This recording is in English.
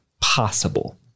possible